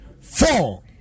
four